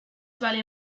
vale